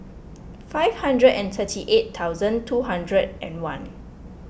five hundred and thirty eight thousand two hundred and one